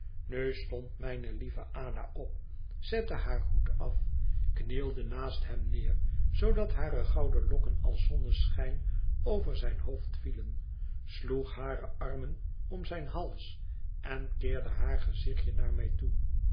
nu stond mijne lieve ada op zette haar hoed af knielde naast hem neer zoodat hare gouden lokken als zonneschijn over zijn hoofd vielen sloeg hare armen om zijn hals en keerde haar gezichtje naar mij toe